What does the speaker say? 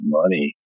money